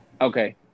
okay